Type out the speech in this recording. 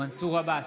מנסור עבאס,